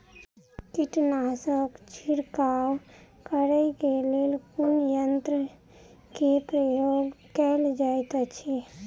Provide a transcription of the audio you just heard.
कीटनासक छिड़काव करे केँ लेल कुन यंत्र केँ प्रयोग कैल जाइत अछि?